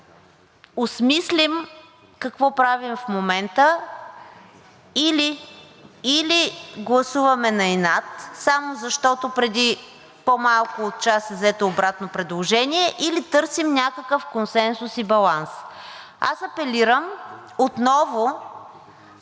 осмислим какво правим в момента – или гласуваме на инат само защото преди по-малко от час е взето обратно предложение, или търсим някакъв консенсус и баланс. Аз апелирам отново